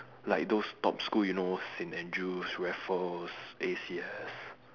like those top school you know Saint Andrew's Raffles A_C_S